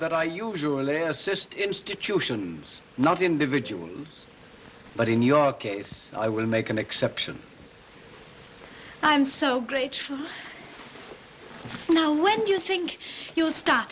that i usually assist institutions not individuals but in your case i will make an exception i am so grateful now when do you think you'll st